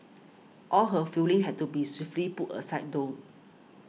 all her feelings had to be swiftly put aside though